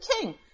king